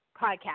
podcast